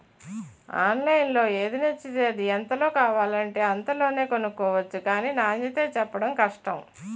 ఆన్లైన్లో ఏది నచ్చితే అది, ఎంతలో కావాలంటే అంతలోనే కొనుక్కొవచ్చు గానీ నాణ్యతే చెప్పడం కష్టం